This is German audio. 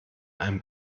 einem